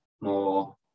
more